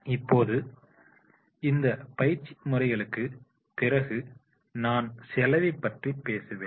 இப்போது இந்த பயிற்சி முறைகளுக்கு பிறகு நான் செலவைப் பற்றி பேசுவேன்